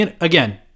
again